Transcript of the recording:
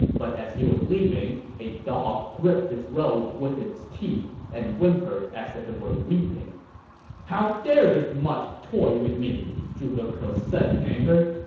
but as he was leaving, a dog gripped his robe with its teeth and whimpered as if it were weeping how dare this mutt toy with me! zhuge ke said in anger.